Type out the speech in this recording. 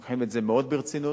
לוקח את זה מאוד ברצינות,